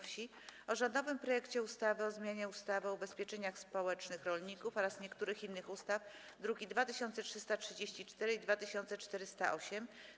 Wsi o rządowym projekcie ustawy o zmianie ustawy o ubezpieczeniu społecznym rolników oraz niektórych innych ustaw (druki nr 2334 i 2408)